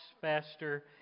faster